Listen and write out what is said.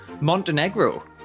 Montenegro